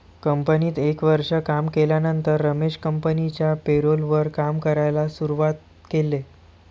कंपनीत एक वर्ष काम केल्यानंतर रमेश कंपनिच्या पेरोल वर काम करायला शुरुवात केले